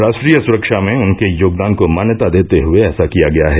राष्ट्रीय सुरक्षा में उनके योगदान को मान्यता देते हुए ऐसा किया गया है